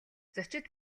зочид